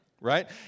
right